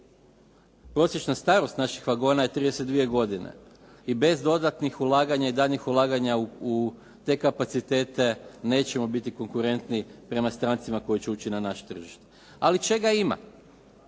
prosječna starost naših vagona je 32 godine i bez dodatnih ulaganja i daljnjih ulaganja u te kapacitete nećemo biti konkurentni prema strancima koji će ući na naše tržište. Ali čega ima?